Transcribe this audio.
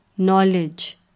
Knowledge